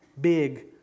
big